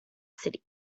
city